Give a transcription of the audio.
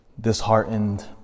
disheartened